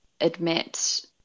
admit